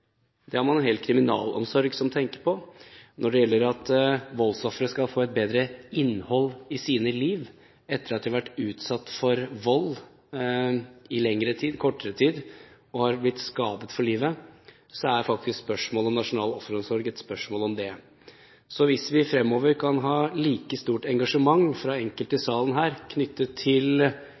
Det har man en hel kriminalomsorg som tenker på. Når det gjelder det at voldsofre skal få et bedre innhold i sine liv, etter at de har vært utsatt for vold i kortere eller lengre tid og blitt skadet for livet, er faktisk spørsmålet om nasjonal offeromsorg et spørsmål om det. Hvis vi fremover kan ha like stort engasjement fra enkelte i salen her knyttet til